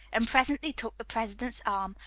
and presently took the president's arm,